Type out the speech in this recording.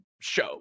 show